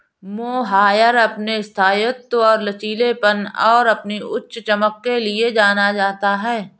mohair अपने स्थायित्व और लचीलेपन और अपनी उच्च चमक के लिए जाना जाता है